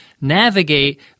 navigate